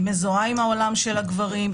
היא מזוהה עם העולם של הגברים,